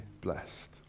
blessed